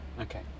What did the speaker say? Okay